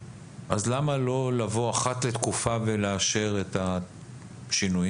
למה לא לבוא אחת לתקופה ולאשר את השינויים?